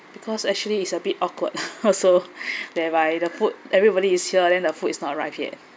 because actually it's a bit awkward also thereby the food everybody is here then the food is not arrived yet